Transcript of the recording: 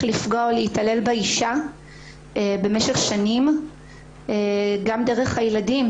לפגוע ולהתעלל באישה במשך שנים גם דרך הילדים,